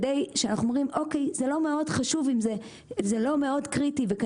כשאנחנו אומרים שזה לא מאוד קריטי וחשוב